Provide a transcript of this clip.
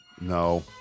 No